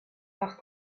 par